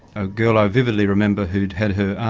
a girl i vividly remember who'd had her